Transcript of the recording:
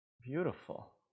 Beautiful